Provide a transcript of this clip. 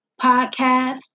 podcast